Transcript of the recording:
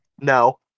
No